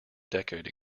decade